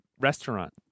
restaurant